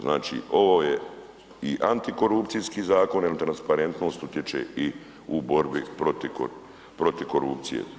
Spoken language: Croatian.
Znači ovo je i antikorupcijski zakon jer transparentnost utječe i u borbi protiv korupcije.